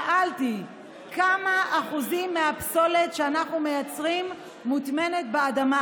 שאלתי כמה אחוזים מהפסולת שאנחנו מייצרים מוטמנים באדמה.